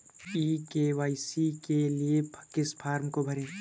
ई KYC के लिए किस फ्रॉम को भरें?